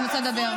אני רוצה לדבר.